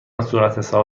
صورتحساب